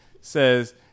says